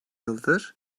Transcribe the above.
yıldır